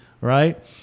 right